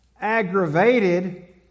Aggravated